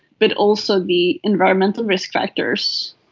but also the environmental risk factors,